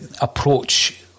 approach